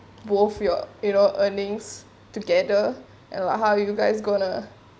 both your you know earnings together and like how you guys gonna